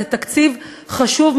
זה תקציב חשוב,